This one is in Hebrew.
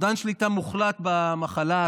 אובדן שליטה מוחלט במחלה,